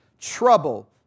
trouble